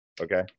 Okay